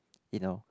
you know